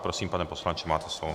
Prosím, pane poslanče, máte slovo.